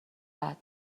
بعد